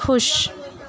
خوش